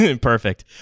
Perfect